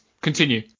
continue